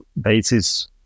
basis